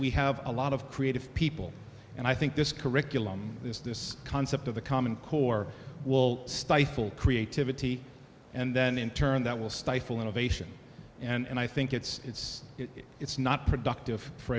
we have a lot of creative people and i think this curriculum this this concept of the common core will stifle creativity and then in turn that will stifle innovation and i think it's it's it's not productive for